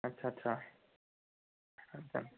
ਅੱਛਾ ਅੱਛਾ ਅੱਛਾ